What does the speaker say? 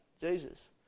Jesus